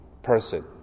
person